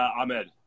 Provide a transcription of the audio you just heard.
Ahmed